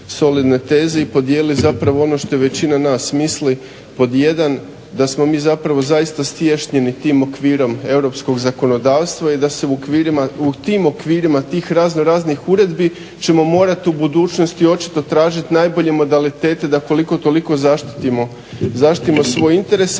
i podijelili zapravo ono što je većina nas misli: pod jedan, da smo mi zapravo zaista stiješnjeni tim okvirom europskog zakonodavstva i da se u tim okvirima tih raznoraznih uredbi ćemo morat u budućnosti očit tražit najbolje modalitete da koliko toliko zaštitimo svoje interese.